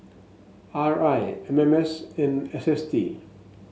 R I M M S and S S T